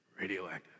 radioactive